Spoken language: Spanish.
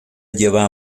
lleva